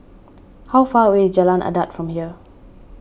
how far away is Jalan Adat from here